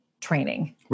training